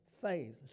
faith